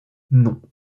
non